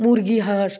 মুরগি হাঁস